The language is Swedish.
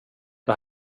det